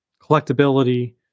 collectability